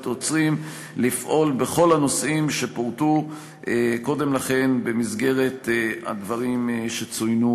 יוצרים לפעול בכל הנושאים שפורטו קודם לכן במסגרת הדברים שציינתי